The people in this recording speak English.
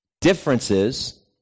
differences